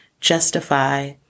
justify